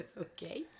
Okay